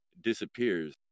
disappears